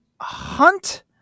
Hunt